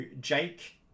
Jake